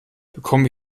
bekomme